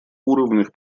уровнях